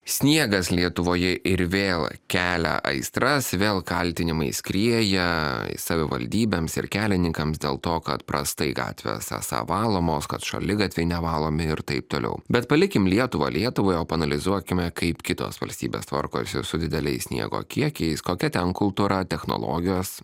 sniegas lietuvoje ir vėl kelia aistras vėl kaltinimai skrieja savivaldybėms ir kelininkams dėl to kad prastai gatvės esą valomos kad šaligatviai nevalomi ir taip toliau bet palikime lietuvą lietuvai o paanalizuokime kaip kitos valstybės tvarkosi su dideliais sniego kiekiais kokia ten kultūra technologijos